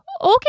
Okay